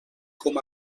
com